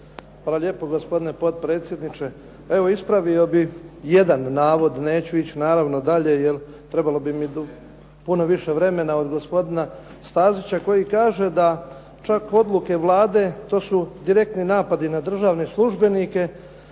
Hvala lijepo, gospodine potpredsjedniče. Evo ispravio bih jedan navod, neću ići naravno dalje jer trebalo bi mi puno više vremena od gospodina Stazića koji kaže da čak odluke Vlade, to su direktni napadi na državne službenike,